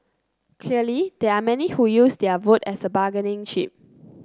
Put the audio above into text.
clearly there are many who use their vote as a bargaining chip